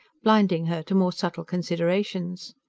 blinding her to more subtle considerations.